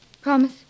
Promise